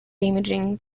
damaging